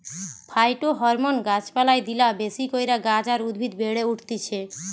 phytohormone গাছ পালায় দিলা বেশি কইরা গাছ আর উদ্ভিদ বেড়ে উঠতিছে